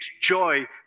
joy